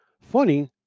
Funny